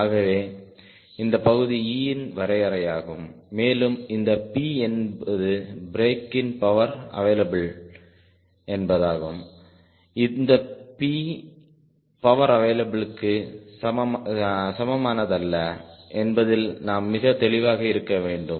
ஆகவே இந்த பகுதி E இன் வரையறையாகும் மேலும் இந்த P என்பது பிரேக்கின் பவர் அவைலபிள் என்பது இந்த P பவர் அவைலபிள்க்கு சமமானதல்ல என்பதில் நாம் மிக தெளிவாக இருக்க வேண்டும்